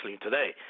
today